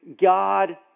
God